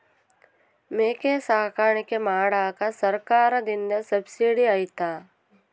ಮೇಕೆ ಸಾಕಾಣಿಕೆ ಮಾಡಾಕ ಸರ್ಕಾರದಿಂದ ಸಬ್ಸಿಡಿ ಐತಾ?